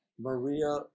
Maria